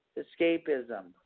escapism